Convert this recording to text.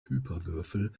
hyperwürfel